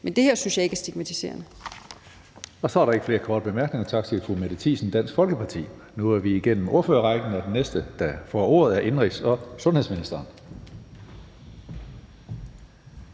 Men det her synes jeg ikke er stigmatiserende.